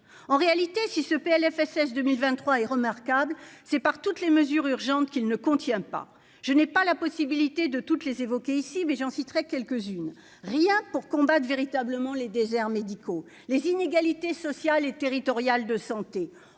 en réalité si ce Plfss 2023 et remarquables, c'est par toutes les mesures urgentes qui ne contient pas, je n'ai pas la possibilité de toutes les évoquer ici, mais j'en citerai quelques-unes rien pour combattre véritablement les déserts médicaux, les inégalités sociales et territoriales de santé